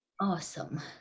Awesome